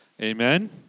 Amen